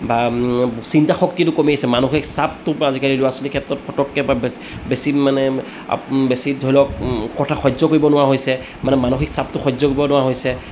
বা চিন্তা শক্তিটো কমি আছে মানসিক চাপটোৰ পৰা আজিকালি ল'ৰা ছোৱালীৰ ক্ষেত্ৰত ফকটকৈ বা বেছি মানে আপ বেছি ধৰি লওক কথা সহ্য কৰিব নোৱাৰা হৈছে মানে মানসিক চাপটো সহ্য কৰিব নোৱাৰা হৈছে